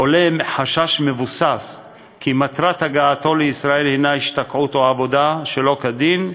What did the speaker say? עולה חשש מבוסס כי מטרת הגעתו לישראל היא השתקעות או עבודה שלא כדין,